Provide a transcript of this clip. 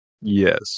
Yes